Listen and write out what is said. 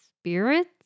spirits